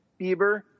Bieber